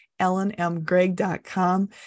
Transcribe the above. ellenmgreg.com